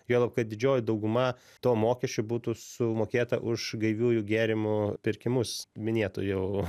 juolab kad didžioji dauguma to mokesčio būtų sumokėta už gaiviųjų gėrimų pirkimus minėtų jau